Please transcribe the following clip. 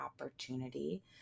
opportunity